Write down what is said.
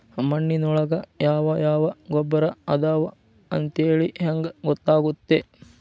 ಮಣ್ಣಿನೊಳಗೆ ಯಾವ ಯಾವ ಗೊಬ್ಬರ ಅದಾವ ಅಂತೇಳಿ ಹೆಂಗ್ ಗೊತ್ತಾಗುತ್ತೆ?